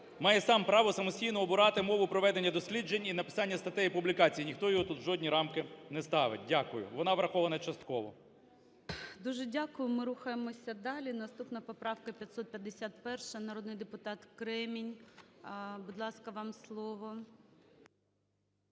має сам право самостійно обирати мову проведення досліджень і написання статей і публікацій, ніхто його тут у жодні рамки не ставить. Дякую. Вона врахована частково. ГОЛОВУЮЧИЙ. Дуже дякую. Ми рухаємося далі. Наступна поправка - 551, народний депутат Кремінь. Будь ласка, вам слово.